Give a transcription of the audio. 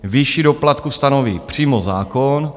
Výši doplatku stanoví přímo zákon.